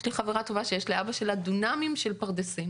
יש לי חברה טובה שיש לאבא שלה דונמים של פרדסים.